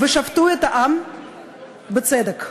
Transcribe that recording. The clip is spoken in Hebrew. ושפטו את העם משפט צדק".